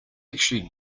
actually